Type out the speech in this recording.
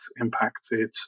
impacted